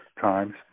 times